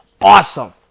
awesome